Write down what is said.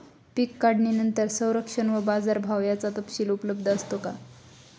पीक काढणीनंतर संरक्षण व बाजारभाव याचा तपशील उपलब्ध असतो का?